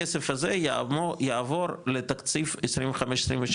הכסף הזה יעבור לתקציב 25-26,